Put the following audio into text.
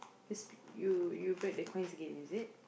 you spe~ you you break the coins again is it